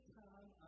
time